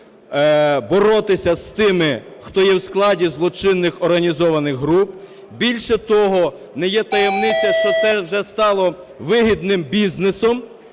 Більше того, не є таємниця, що це вже стало вигідним бізнесом